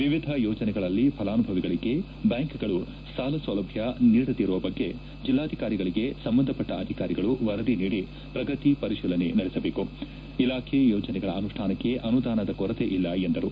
ವಿವಿಧ ಯೋಜನೆಗಳಲ್ಲಿ ಫಲಾನುಭವಿಗಳಿಗೆ ಬ್ಯಾಂಕ್ಗಳು ಸಾಲ ಸೌಲಭ್ಯ ನೀಡದಿರುವ ಬಗ್ಗೆ ಜಿಲ್ಲಾಧಿಕಾರಿಗಳಿಗೆ ಸಂಬಂಧ ಪಟ್ಟ ಅಧಿಕಾರಿಗಳು ವರದಿ ನೀಡಿ ಪ್ರಗತಿ ಪರಿಶೀಲನೆ ನಡೆಸಬೇಕು ಇಲಾಖೆ ಯೋಜನೆಗಳ ಅನುಷ್ಠಾನಕ್ಕೆ ಅನುದಾನದ ಕೊರತೆ ಇಲ್ಲ ಎಂದರು